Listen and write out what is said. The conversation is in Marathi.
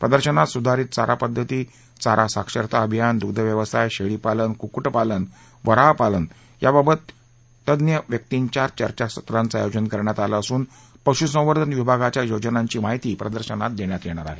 प्रदर्शनात सुधारीत चारा पध्दती चारा साक्षरता अभियान दुग्धव्यवसाय शेळीपालन कुक्कुटपालन वराहपालन याबाबत तज्ज्ञ व्यक्तींच्या चर्चासत्रांचं आयोजन करण्यात आलं असून पशुसंवर्धन विभागाच्या योजनांची माहिती प्रदर्शनात देण्यात येणार आहे